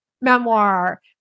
memoir